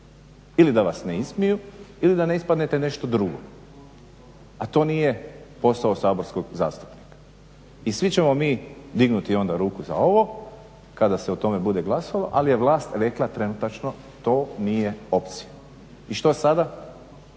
ili da vas ne ismiju ili da ne ispadnete nešto drugo. A to nije posao saborskog zastupnika i svi ćemo mi dignuti onda ruku za ovo kada se o tome bude glasalo ali je vlast rekla trenutačno to nije opcija. I što sada?